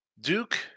Duke